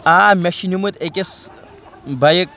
آ مےٚ چھِ نِمُت أکِس بایِک